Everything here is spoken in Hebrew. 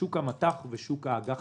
שוק המט"ח ושוק האג"ח